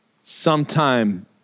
sometime